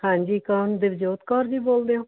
ਹਾਂਜੀ ਕੌਣ ਦਿਵਜੋਤ ਕੌਰ ਜੀ ਬੋਲਦੇ ਓ